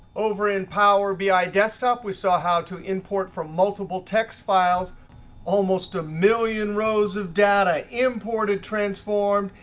over in power bi desktop, we saw how to import from multiple text files almost a million rows of data, imported, transformed,